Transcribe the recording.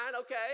okay